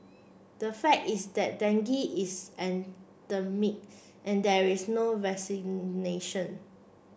the fact is that dengue is endemic and there is no